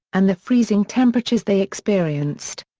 and the freezing temperatures they experienced.